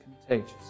contagious